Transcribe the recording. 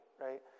right